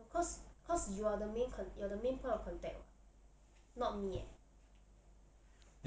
no cause cause you are the main con~ you are the main point of contact [what] not me eh